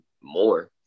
more